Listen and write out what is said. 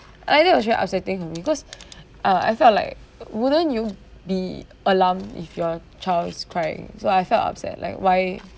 I think it was really upsetting for me cause uh I felt like wouldn't you be alarmed if your child's crying so I felt upset like why